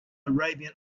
arabian